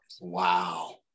Wow